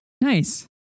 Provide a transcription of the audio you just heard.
Nice